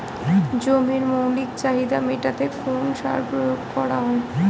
জমির মৌলিক চাহিদা মেটাতে কোন সার প্রয়োগ করা হয়?